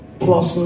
plus